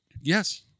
Yes